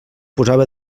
posava